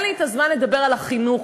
אין לי זמן לדבר על החינוך,